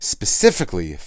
Specifically